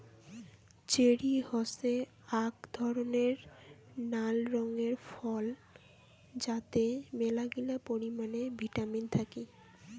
cherry হসে আক ধরণের নাল রঙের টক ফল যাতে মেলাগিলা পরিমানে ভিটামিন থাকি